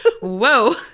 Whoa